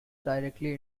directly